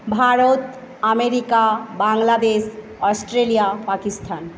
Bharat America Bangladesh Australia Pakistan